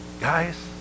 guys